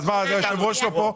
אז מה, היושב-ראש לא פה.